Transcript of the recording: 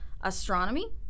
astronomy